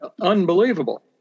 unbelievable